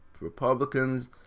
Republicans